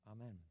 Amen